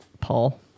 Paul